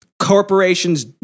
corporations